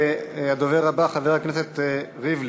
הדובר הבא, חבר הכנסת ראובן